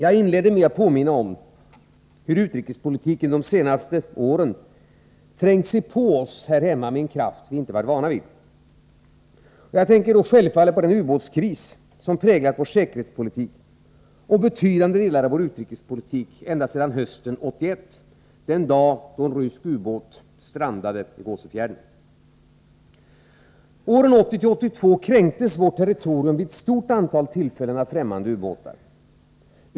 Jag inledde med att påminna om hur utrikesproblemen under de senaste åren trängt sig på oss med en kraft vi måhända var ovana vid. Jag tänker självfallet på den ubåtskris som präglat vår säkerhetspolitik och därigenom betydande delar av vår utrikespolitik sedan hösten 1981, den dag då en rysk ubåt strandade i Gåsöfjärden. Åren 1980-1982 kränktes Sveriges territorium vid ett stort antal tillfällen av främmande ubåtar.